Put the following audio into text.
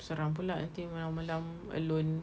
seram pula nanti malam-malam alone